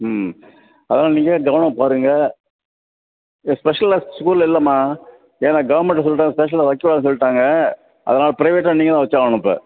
ம் அதனால் நீங்கள் கவனமாக பாருங்கள் ஸ்பெஷல் க்ளாஸ் ஸ்கூலில் இல்லைம்மா ஏன்னா கவர்மென்ட் சொல்லிடா ஸ்கூலில் ஸ்பெஷல் க்ளாஸ் வைக்கக்கூடாதுன்னு சொல்லிட்டாங்க அதனால் ப்ரைவேட்டாக நீங்கள் தான் வச்சாகணும் இப்போ